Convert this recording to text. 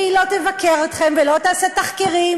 והיא לא תבקר אתכם ולא תעשה תחקירים,